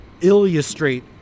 illustrate